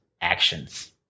actions